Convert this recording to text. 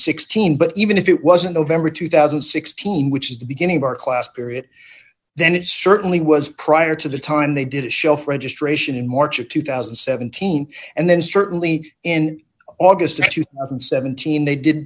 sixteen but even if it wasn't november two thousand and sixteen which is the beginning of our class period then it certainly was prior to the time they did it shelf registration in march of two thousand and seventeen and then certainly in august of two thousand and seventeen they did